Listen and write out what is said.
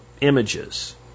images